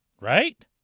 Right